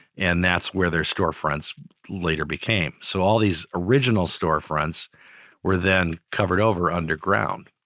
and that's where their storefronts later became. so all these original storefronts were then covered over underground,